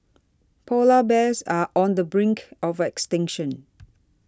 Polar Bears are on the brink of extinction